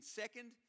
second